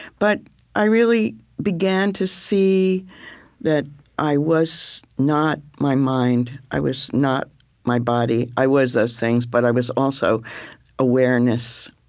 but i really began to see that i was not my mind. i was not my body. i was those things, but i was also awareness.